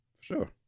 sure